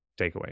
takeaway